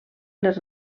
les